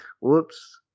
Whoops